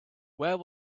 where